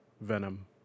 Venom